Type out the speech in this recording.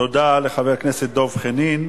תודה לחבר הכנסת דב חנין.